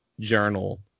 journal